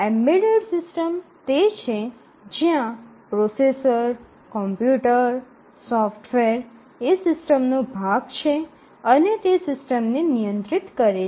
embedded systems તે છે જ્યાં પ્રોસેસર કોમ્પ્યુટર સોફ્ટવેર એ સિસ્ટમનો ભાગ છે અને તે સિસ્ટમને નિયંત્રિત કરે છે